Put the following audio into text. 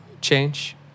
change